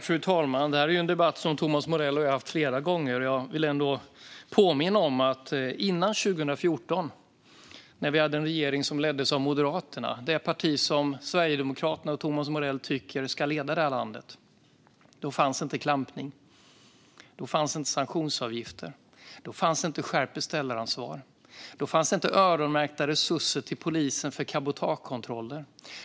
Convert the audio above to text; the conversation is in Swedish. Fru talman! Detta är en debatt som Thomas Morell och jag har haft flera gånger. Jag vill ändå påminna om att innan 2014, när vi hade en regering som leddes av Moderaterna, det parti som Sverigedemokraterna och Thomas Morell tycker ska leda det här landet, fanns inte klampning. Då fanns inte sanktionsavgifter. Då fanns inte skärpt beställaransvar. Då fanns inte öronmärkta resurser till polisen för cabotagekontroller.